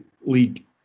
League